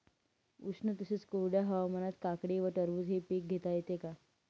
उष्ण तसेच कोरड्या हवामानात काकडी व टरबूज हे पीक घेता येते का?